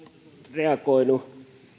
reagoinut